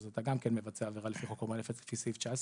אז אתה גם כן מבצע עבירה לפי חוק חומרי נפץ לפי סעיף 19,